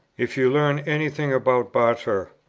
if you learn any thing about barter,